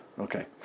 Okay